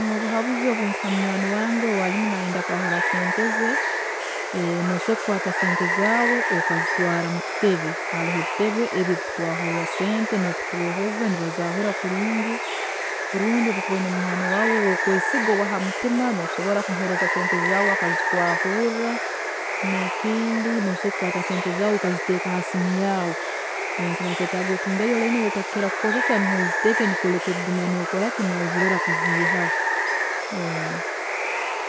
Obuhabuzi obunkuha munywaani wange owaarimu nayenda kewahura sente ze, nosobola kukwaata sente zaawe okuzitwaara mukitebe haroho ebitebe ebi ebikutwaahurra sente nokutwoohoza nibazaahurra kurungi rundi obu okuba oyine munywaani waawe owu okwesiga owahamutima nosobola kumuha sente zaawe akazikwaahurra nekindi nosobola kukwata sente zaawe okaziteeka ha simu yaawe, nikiba nikyetaaga otungeyo line eyi otakukira kukozesa niho oziteeke nikwe oreke kuguma nozirola kuziihaho